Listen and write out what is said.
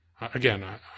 again